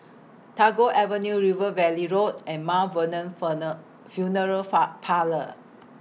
Tagore Avenue River Valley Road and Mount Vernon Funeral Parlours